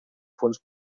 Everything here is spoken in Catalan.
fons